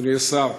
אדוני השר,